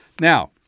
Now